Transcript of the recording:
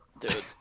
dude